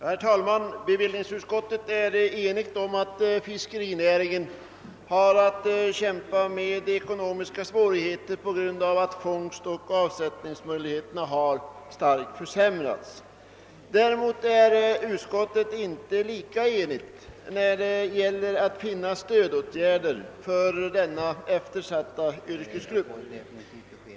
Herr talman! Bevillningsutskottet är enigt om att fiskerinäringen har att kämpa med ekonomiska svårigheter på grund av att fångstoch avsättningsmöjligheterna starkt har försämrats. Däremot är utskottet inte lika enigt när det gäller att finna stödåtgärder för denna eftersatta yrkesgrupp.